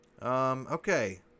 Okay